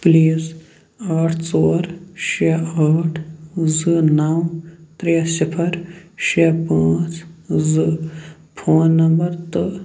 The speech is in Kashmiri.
پُلیٖز ٲٹھ ژور شےٚ ٲٹھ زٕ نَو ترٛےٚ صِفَر شےٚ پٲنٛژ زٕ فون نمبر تہٕ